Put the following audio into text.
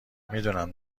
میدونم